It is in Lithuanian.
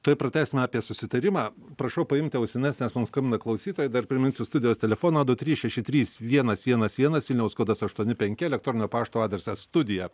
taip pratęsimą apie susitarimą prašau paimti ausines nes mums skambina klausytojai dar priminsiu studijos telefoną du trys šeši trys vienas vienas vienas vilniaus kodas aštuoni penki elektrininio pašto adresas studija